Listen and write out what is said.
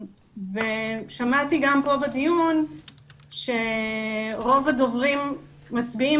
שמעתי גם פה בדיון שרוב הדוברים מצביעים